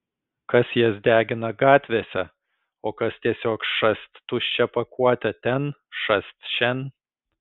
kas jas degina gatvėse o kas tiesiog šast tuščią pakuotę ten šast šen